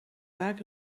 vaak